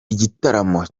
igitaramo